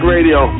Radio